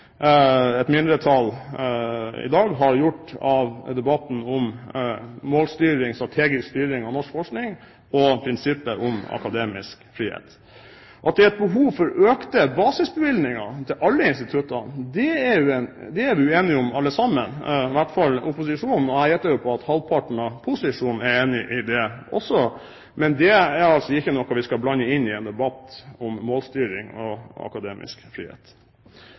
et mindretall i dag har gjort av debatten om målstyring, strategisk styring av norsk forskning, og prinsippet om akademisk frihet. At det er et behov for økte basisbevilgninger til alle instituttene, er vi jo enige om alle sammen, i hvert fall opposisjonen, og jeg gjetter jo på at halvparten av posisjonen er enig i det også. Men det er altså ikke noe vi skal blande inn i en debatt om målstyring av akademisk frihet.